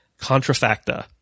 Contrafacta